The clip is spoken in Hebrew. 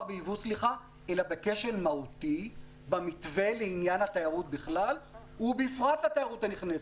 אלא בכשל מהותי במתווה לעניין התיירות בכלל ופרט לתיירות הנכנסת.